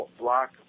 block